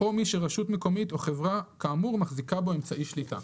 או מי שרשות מקומית או חברה כאמור מחזיקה בו אמצעי שליטה".